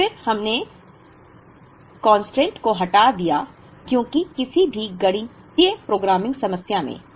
और फिर हमने स्थिरांक कांस्टेंट को हटा दिया क्योंकि किसी भी गणितीय प्रोग्रामिंग समस्या में